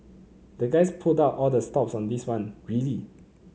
the guys pulled out all the stops on this one really